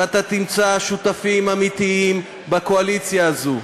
ואתה תמצא שותפים אמיתיים בקואליציה הזו.